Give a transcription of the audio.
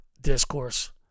discourse